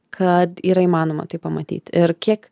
kad yra įmanoma tai pamatyt ir kiek